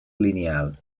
lineal